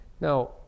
Now